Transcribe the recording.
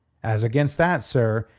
as against that, sir,